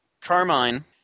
Carmine